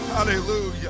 Hallelujah